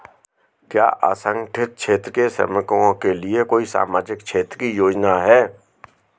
क्या असंगठित क्षेत्र के श्रमिकों के लिए कोई सामाजिक क्षेत्र की योजना है?